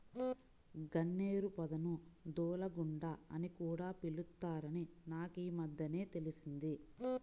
గన్నేరు పొదను దూలగుండా అని కూడా పిలుత్తారని నాకీమద్దెనే తెలిసింది